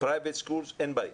בתי ספר פרטיים, אין בעיה.